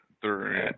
Three